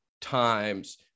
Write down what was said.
times